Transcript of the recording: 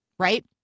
Right